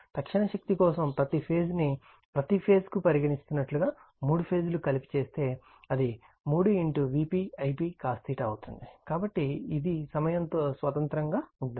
తక్షణ శక్తి కోసం ప్రతి ఫేజ్ ను ప్రతి ఫేజ్ కు పరిగణిస్తున్నట్లు గా మూడు ఫేజ్ లు కలిపి చేస్తే అది 3 Vp Ip cos అవుతుంది కాబట్టి ఇది సమయంతో స్వతంత్రంగా ఉంటుంది